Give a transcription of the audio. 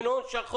אין הון שחור,